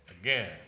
again